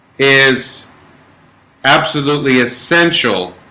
is absolutely essential